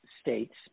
states